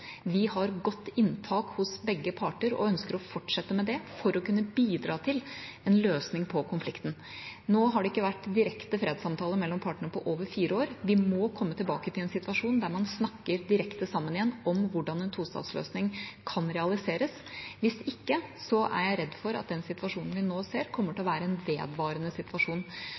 Vi har godt innpass hos begge parter og ønsker å fortsette med det for å kunne bidra til en løsning på konflikten. Nå har det ikke vært direkte fredssamtaler mellom partene på over fire år. Vi må komme tilbake til en situasjon der en igjen snakker direkte sammen om hvordan en tostatsløsning kan realiseres. Hvis ikke er jeg redd for at den situasjonen vi nå ser, kommer til å være en vedvarende situasjon.